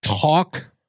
talk